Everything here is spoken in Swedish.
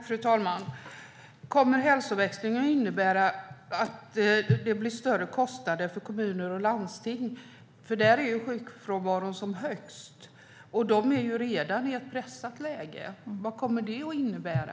Fru talman! Kommer hälsoväxlingen att innebära att det blir större kostnader för kommuner och landsting? Där är ju sjukfrånvaron som högst, och de är redan i ett pressat läge. Vad kommer det att innebära?